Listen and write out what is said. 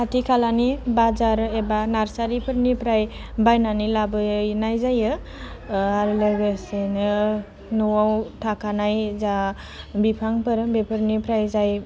खाथि खालानि बाजार एबा नार्सारिफोरनिफ्राय बायनानै लाबोनाय जायो आरो लोगोसेनो न'वाव थाखानाय जा बिफांफोर बेफोरनिफ्राय जाय